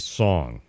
song